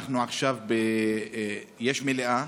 אנחנו עכשיו, יש מליאה,